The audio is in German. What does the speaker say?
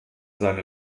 seine